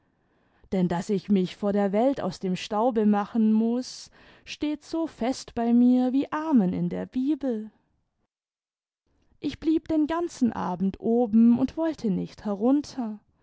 denn daß ich mich vor der welt aus dem staube machen muß steht so fest bei mir wie amen in der bibel ich blieb den ganzen abend oben und wollte nicht herunter